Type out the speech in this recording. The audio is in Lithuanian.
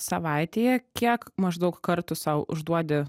savaitėje kiek maždaug kartų sau užduodi